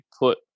put